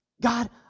God